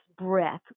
breath